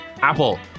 Apple